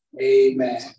Amen